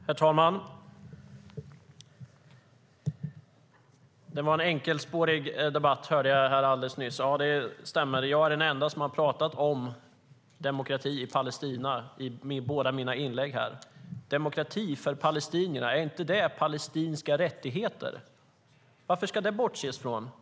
STYLEREF Kantrubrik \* MERGEFORMAT Svar på interpellationerHerr talman! Jag hörde alldeles nyss att detta skulle vara en enkelspårig debatt. Det stämmer! Jag är den enda som har talat om demokrati i Palestina i mina båda inlägg. Är inte palestinska rättigheter demokrati för palestinierna? Varför ska det bortses från det?